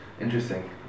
Interesting